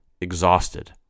Exhausted